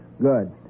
Good